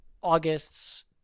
August's